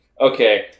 Okay